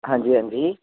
ਹਾਂਜੀ ਹਾਂਜੀ